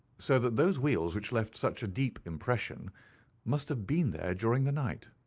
so that those wheels which left such a deep impression must have been there during the night.